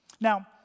Now